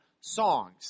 songs